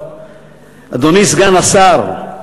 אדוני סגן השר,